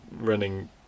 running